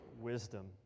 wisdom